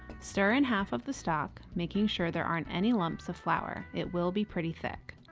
stir in half of the stock, making sure there aren't any lumps of flour. it will be pretty thick.